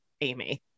amy